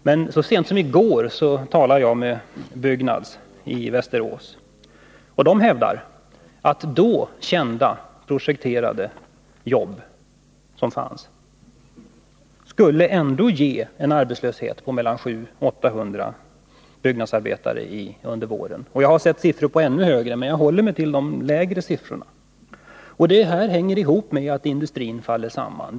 Men så sent som i går talade jag med en företrädare för Byggnads i Västerås, och man hävdar där att det även med de nu kända och projekterade jobben skulle bli en arbetslöshet på 700-800 byggnadsarbetare under våren — jag har sett siffror som visar på en ännu högre arbetslöshet, men jag håller mig här till de lägre siffrorna. Det här hänger ihop med att industrin faller samman.